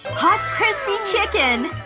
hot, crispy, chicken!